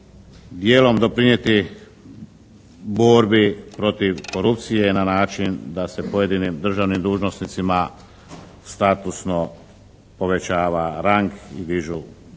dijelom doprinijeti borbi protiv korupcije na način da se pojedinim državnim dužnosnicima statusno povećava rang i dižu,